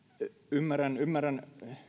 ymmärrän ymmärrän